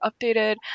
updated